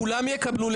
כולם ידברו,